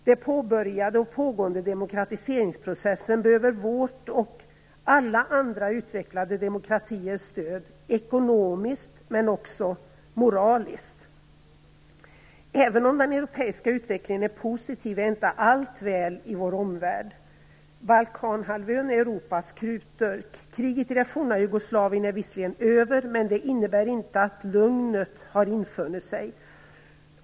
Den påbörjade och pågående demokratiseringsprocessen behöver vårt och alla andra utvecklade demokratiers stöd, ekonomiskt men också moraliskt. Även om den europeiska utvecklingen är positiv är inte allt väl i vår omvärld. Balkanhalvön är Europas krutdurk. Kriget i det forna Jugoslavien är visserligen över, men det innebär inte att lugnet har infunnit sig.